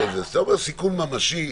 כשאתה אומר "סיכון ממשי"